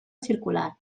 circular